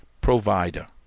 provider